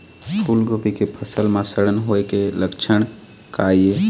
फूलगोभी के फसल म सड़न होय के लक्षण का ये?